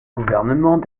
gouvernements